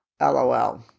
LOL